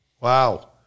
Wow